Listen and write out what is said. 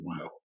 Wow